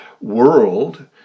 world